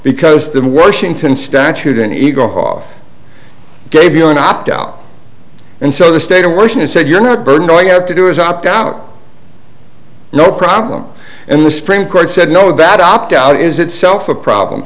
because the washington statute in ego off gave you an opt out and so the state of washington said you're not burdened or you have to do is opt out no problem and the supreme court said no that opt out is itself a problem